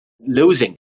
losing